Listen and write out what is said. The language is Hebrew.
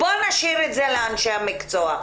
נשאיר את זה לאנשי המקצוע.